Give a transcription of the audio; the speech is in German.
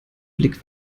blick